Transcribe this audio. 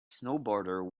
snowboarder